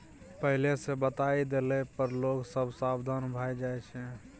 पहिले सँ बताए देला पर लोग सब सबधान भए जाइ छै